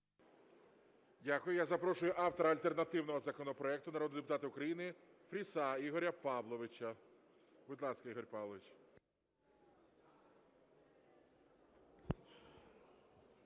Дякую. Я запрошую автора альтернативного законопроекту народного депутата України Фріса Ігоря Павловича. Будь ласка, Ігор Павлович.